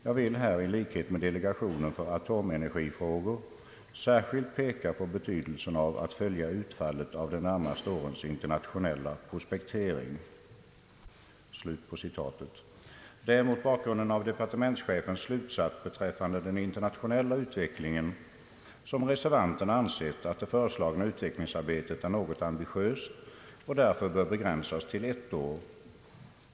Jag vill här i likhet med delegationen för atomenergifrågor särskilt peka på betydelsen av att följa utfallet av de närmaste årens internationella prospektering.» Det är mot bakgrunden av departementschefens slutsats beträffande den internationella utvecklingen som reservanterna ansett att det föreslagna utvecklingsarbetet är väl ambitiöst och därför bör begränsas till ett år.